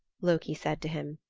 loki said to him.